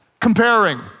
Comparing